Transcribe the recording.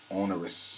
onerous